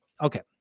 okay